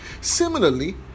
Similarly